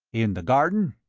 in the garden?